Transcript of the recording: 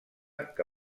que